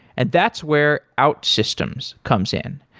and that's where outsystems comes in.